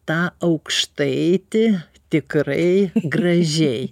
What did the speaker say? tą aukštaitį tikrai gražiai